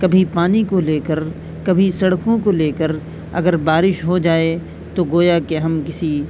کبھی پانی کو لے کر کبھی سڑکوں کو لے کر اگر بارش ہو جائے تو گویا کہ ہم کسی